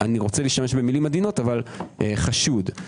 ל - אני רוצה להשתמש במילים עדינות אך נקרא לזה חשוד.